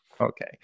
Okay